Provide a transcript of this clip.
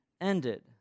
Ended